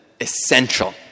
essential